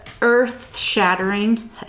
earth-shattering